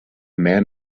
man